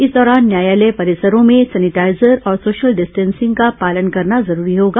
इस दौरान न्यायालय परिसरों में सैनिटाईजर और सोशल डिस्टे सिंग का पालन करना जरूरी होगा